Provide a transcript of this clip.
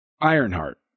Ironheart